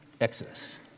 Exodus